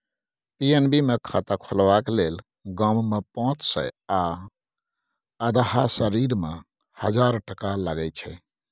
PNB मे खाता खोलबाक लेल गाममे पाँच सय आ अधहा शहरीमे हजार टका लगै छै